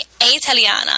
italiana